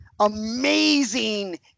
amazing